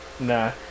Nah